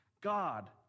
God